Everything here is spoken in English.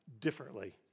differently